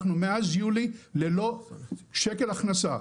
אנחנו מאז יולי ללא שקל הכנסה.